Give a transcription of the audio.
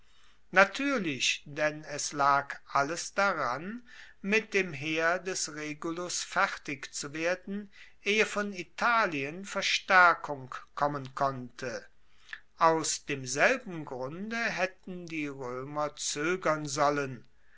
natuerlich denn es lag alles daran mit dem heer des regulus fertig zu werden ehe von italien verstaerkung kommen konnte aus demselben grunde haetten die roemer zoegern sollen